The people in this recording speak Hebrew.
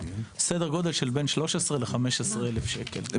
מוערך בסדר גודל של 13,000-15,000 ₪.